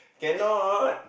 cannot